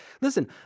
Listen